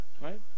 Right